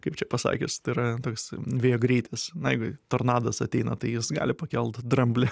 kaip čia pasakius tai yra toks vėjo greitis na jeigu tornadas ateina tai jis gali pakelt dramblį